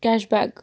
cash bag